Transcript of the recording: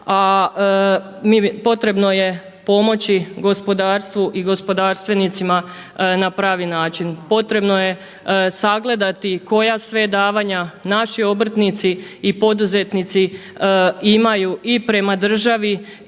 a potrebno je pomoći gospodarstvu i gospodarstvenicima na pravi način. Potrebno je sagledati koja sve davana naši obrtnici i poduzetnici imaju i prema državi